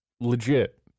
legit